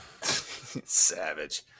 Savage